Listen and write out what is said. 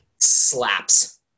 slaps